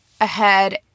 ahead